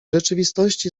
rzeczywistości